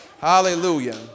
Hallelujah